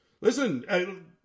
listen